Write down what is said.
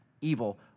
evil